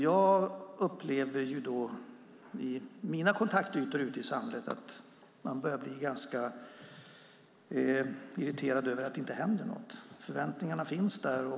Jag upplever i mina kontaktytor ute i samhället att man börjar bli ganska irriterad över att det inte händer något. Förväntningarna finns där.